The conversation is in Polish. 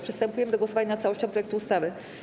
Przystępujemy do głosowania nad całością projektu ustawy.